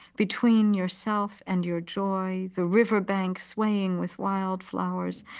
between yourself and your joy, the riverbank swaying with wildflowers,